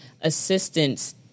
assistance